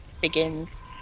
begins